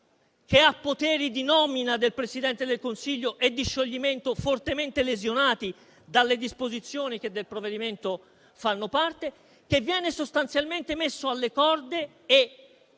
che ha poteri di nomina del Presidente del Consiglio e di scioglimento fortemente lesionati dalle disposizioni che del provvedimento fanno parte, che viene sostanzialmente messo alle corde e